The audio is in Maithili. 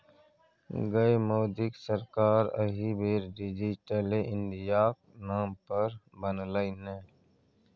गै मोदीक सरकार एहि बेर डिजिटले इंडियाक नाम पर बनलै ने